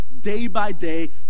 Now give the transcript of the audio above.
day-by-day